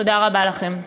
תודה רבה לכם.